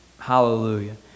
Hallelujah